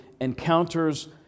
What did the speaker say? encounters